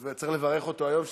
צריך לברך אותו היום,